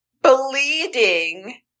Bleeding